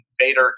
Vader